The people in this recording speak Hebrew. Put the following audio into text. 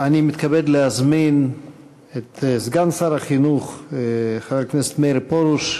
אני מתכבד להזמין את סגן שר החינוך חבר הכנסת מאיר פרוש,